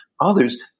others